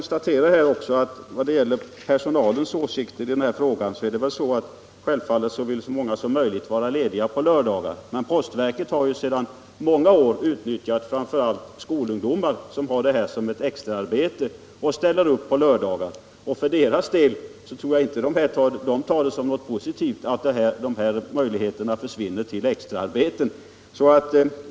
Självfallet vill så många som möjligt av de anställda vara lediga på lördagar. Men postverket har under många år anlitat skolungdomar, som gärna ställer upp lördagar. För deras del är det inte positivt att möjligheten till extraarbete försvinner.